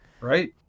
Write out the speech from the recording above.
Right